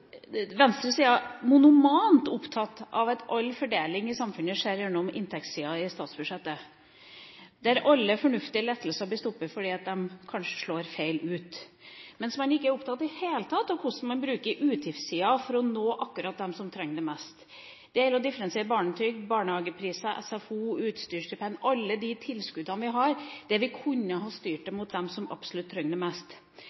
monomant opptatt av at all fordeling i samfunnet skal skje gjennom inntektssida i statsbudsjettet, der alle fornuftige lettelser blir stoppet fordi de kanskje slår feil ut, mens man ikke i det hele tatt er opptatt av hvordan man bruker utgiftssida for å nå akkurat dem som trenger det mest. Det gjelder å differensiere barnetrygd, barnehagepriser, SFO, utstyrsstipend, alle de tilskuddene vi har – det kunne vi ha styrt mot dem som absolutt trenger det mest.